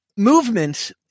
movement